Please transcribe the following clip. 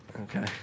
Okay